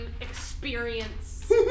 experience